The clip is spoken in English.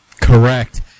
Correct